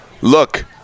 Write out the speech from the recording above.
look